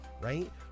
right